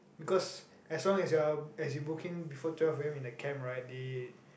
because as long as you are as you book in before twelve a_m in the camp right they